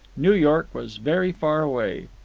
new york was very far away.